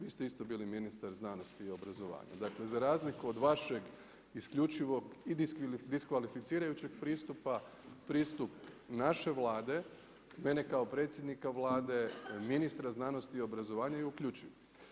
Vi ste isto bili ministar znanosti i obrazovanja, dakle za razliku od vašeg isključivog i diskvalificirajućeg pristupa, pristup naše Vlade, mene kao predsjednika Vlade, ministra znanosti i obrazovanje je uključiv.